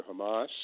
Hamas